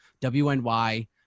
WNY